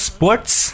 Sports